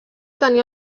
tenir